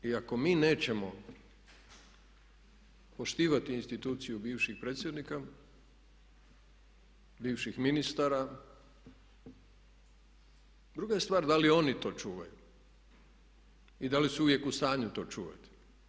I ako mi nećemo poštivati instituciju bivših predsjednika, bivših ministara, druga je stvar da li oni to čuvaju i da li su uvijek u stanju to čuvati.